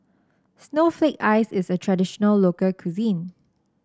Snowflake Ice is a traditional local cuisine